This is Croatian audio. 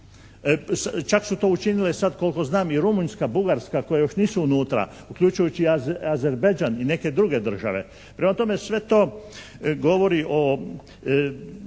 Čak su to učinile sad koliko znam i Rumunjska, Bugarska koje još nisu unutra, uključujući Azerbeđan i neke druge države. Prema tome sve to govori o,